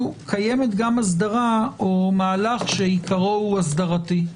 קיימת גם אסדרה או מהלך שעיקרו הוא הסדרתי.